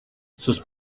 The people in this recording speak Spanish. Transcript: sus